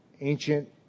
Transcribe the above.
ancient